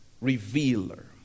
revealer